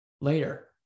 later